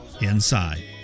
inside